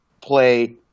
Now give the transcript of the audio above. play